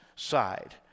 side